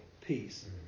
peace